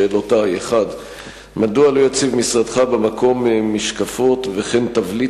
שאלותי: 1. מדוע לא יציב משרדך במקום משקפות וכן תבליט